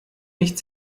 nicht